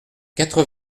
quatre